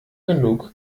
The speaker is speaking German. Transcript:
genug